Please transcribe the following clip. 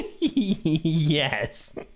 Yes